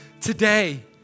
today